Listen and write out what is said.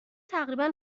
تقریبا